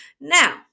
Now